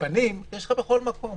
פנים יש לך בכל מקום.